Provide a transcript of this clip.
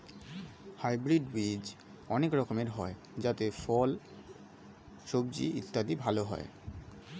hybrid বীজ অনেক রকমের হয় যাতে ভালো ফল, সবজি ইত্যাদি হয়